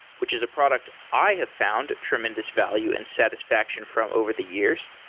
which is a product i have found tremendous value and satisfaction from over the years.